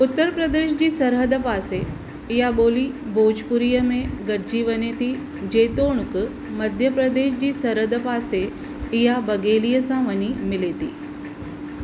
उत्तर प्रदेश जी सरहद पासे इहा ॿोली भोजपुरीअ में गॾिजी वञे थी जेतोणीकि मध्य प्रदेश जी सरहद पासे इहा बघेली सां वञी मिले थी